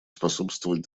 способствовать